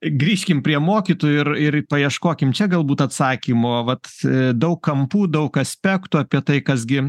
grįžkim prie mokytojų ir ir paieškokim čia galbūt atsakymo vat daug kampų daug aspektų apie tai kas gi